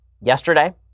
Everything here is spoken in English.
yesterday